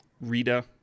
Rita